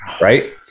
right